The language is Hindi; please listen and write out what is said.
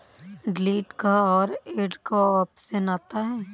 डिलीट का और ऐड का ऑप्शन आता है